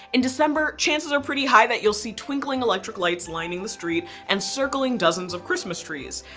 in december chances are pretty high that you'll see twinkling electric lights lining the streets and circling dozens of christmas trees.